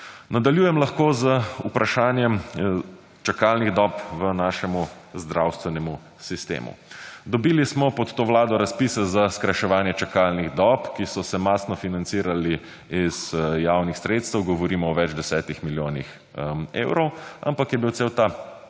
Nadaljujem lahko z vprašanjem čakalnih dob v našemu zdravstvenemu sistemu. Dobili smo pod to Vlado razpise za skrajševanje čakalnih dob, ki so se mastno financirali iz javnih sredstev govorimo o več 10 milijonih evrov, ampak je bil cel ta